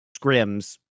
scrims